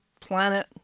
planet